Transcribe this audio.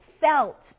felt